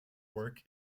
work